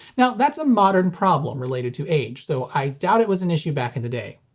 now that's a modern problem related to age, so i doubt it was an issue back in the day.